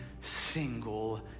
single